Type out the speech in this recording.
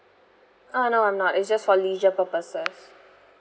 uh no I'm not it's just for leisure purposes